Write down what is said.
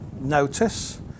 notice